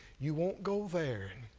you won't go there,